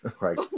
Right